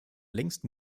längst